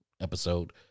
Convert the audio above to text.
episode